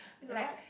is a what